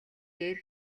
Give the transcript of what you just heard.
дээр